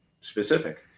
specific